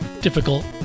difficult